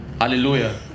Hallelujah